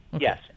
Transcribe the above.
yes